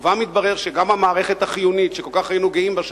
התברר שגם המערכת החיונית שכל כך היינו גאים בה,